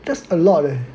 that's a lot leh